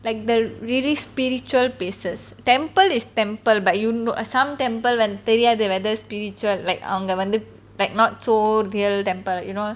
like the really spiritual places temple is temple but you kn~ ah some temple வந்து தெரியாது:vanthu theriyathu spiritual like அவங்க வந்து:avanga vanthu like not so real temple you know